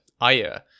Aya